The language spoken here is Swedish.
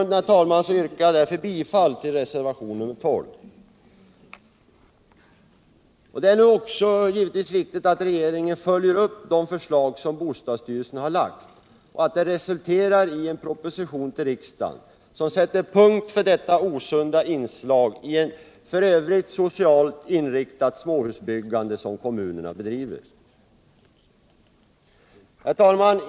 Det är också viktigt att regeringen nu följer upp de förslag som bostadsstyrelsen har framlagt och att de resulterar i en proposition till riksdagen, som sätter punkt för detta osunda inslag i det för övrigt socialt inriktade småhusbyggande som kommunerna bedriver. Herr talman!